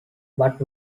but